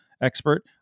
expert